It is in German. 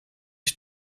ich